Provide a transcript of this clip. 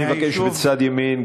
אני מבקש מצד ימין,